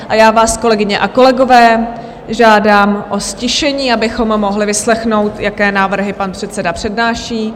A já vás, kolegyně a kolegové, žádám o ztišení, abychom mohli vyslechnout, jaké návrhy pan předseda přednáší.